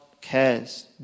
cares